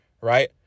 right